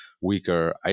weaker